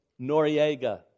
Noriega